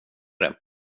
det